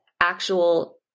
actual